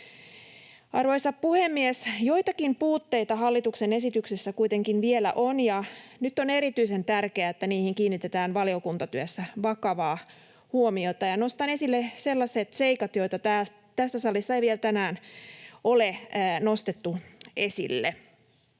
Arvoisa puhemies! Joitakin puutteita hallituksen esityksessä kuitenkin vielä on, ja nyt on erityisen tärkeää, että niihin kiinnitetään valiokuntatyössä vakavaa huomiota. Nostan esille sellaiset seikat, joita tässä salissa ei vielä tänään ole nostettu esille.